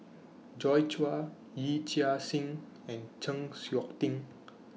Joi Chua Yee Chia Hsing and Chng Seok Tin